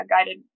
guided